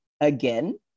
Again